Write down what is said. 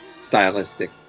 stylistic